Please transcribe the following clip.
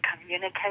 communicate